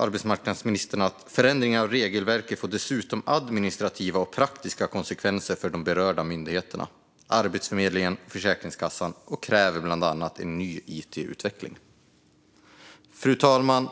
Arbetsmarknadsministern sa: "Förändringar av regelverket får dessutom administrativa och praktiska konsekvenser för de berörda myndigheterna, Arbetsförmedlingen och Försäkringskassan, och kräver bland annat ny it-utveckling." Fru talman!